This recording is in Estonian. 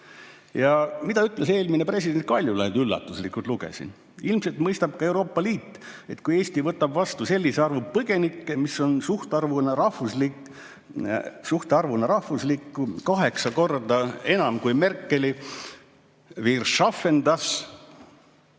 Mida ütles eelmine president Kaljulaid – üllatuslikult lugesin: "Ilmselt mõistab ka Euroopa Liit, et kui Eesti võtab vastu sellise arvu põgenikke, mis on suhtarvuna rahvastikku kaheksa korda enam kui Merkeli «wir schaffen das»